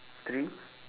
three